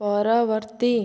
ପରବର୍ତ୍ତୀ